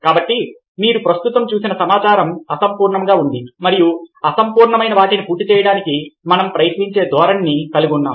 కాబట్టి మీరు ప్రస్తుతం చూసిన సమాచారం అసంపూర్ణంగా ఉంది మరియు అసంపూర్ణమైన వాటిని పూర్తి చేయడానికి మనం ప్రయత్నించే ధోరణిని కలిగి ఉన్నాము